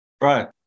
Right